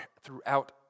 throughout